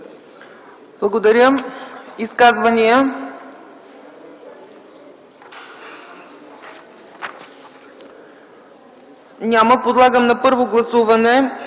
Благодаря. Изказвания? Няма. Подлагам на първо гласуване